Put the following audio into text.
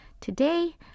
Today